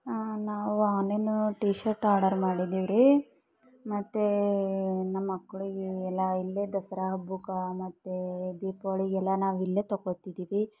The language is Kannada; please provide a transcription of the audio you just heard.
ನಾವು ಆನ್ಲೈನ ಟೀ ಶರ್ಟ್ ಆರ್ಡರ್ ಮಾಡಿದ್ವಿರಿ ಮತ್ತೆ ನಮ್ಮ ಮಕ್ಳಿಗೆಲ್ಲ ಇಲ್ಲೇ ದಸರಾ ಹಬ್ಬಕ್ಕೆ ಮತ್ತು ದೀಪಾವಳಿಗೆಲ್ಲ ನಾವು ಇಲ್ಲೇ ತೊಗೋತಿದ್ದೀವಿ